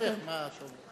להיפך, מה את אומרת.